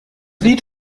lied